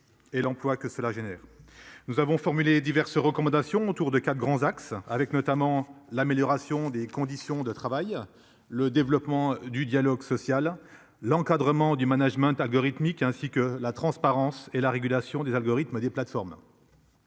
Nous avons formulé diverses recommandations autour de 4 grands axes, avec notamment l'amélioration des conditions de travail, le développement du dialogue social, l'encadrement du management algorithmique ainsi que la transparence et la régulation des algorithmes, des plateformes.